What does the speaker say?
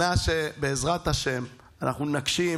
שנה שבעזרת השם נגשים,